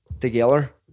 together